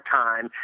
time